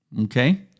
Okay